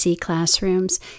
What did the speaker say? classrooms